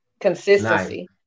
consistency